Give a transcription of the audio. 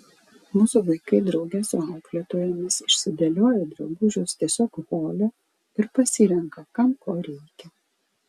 mūsų vaikai drauge su auklėtojomis išsidėlioja drabužius tiesiog hole ir pasirenka kam ko reikia